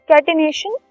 Catenation